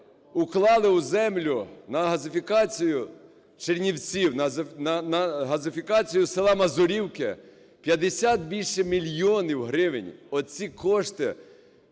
уклали у землю на газифікацію Чернівців, на газифікацію села Мазурівки 50 більше мільйонів гривень. Оці кошти,